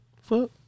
Fuck